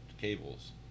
cables